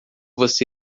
você